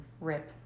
rip